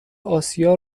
آسیا